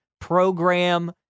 program